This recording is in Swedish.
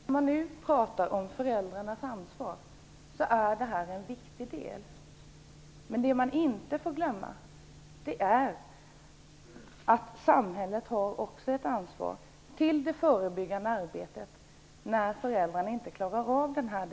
Fru talman! När man talar om föräldrars ansvar är det här en viktig del. Men det man inte får glömma är att samhället också har ett ansvar för det förebyggande arbetet när föräldrarna inte klarar av den delen.